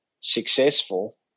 successful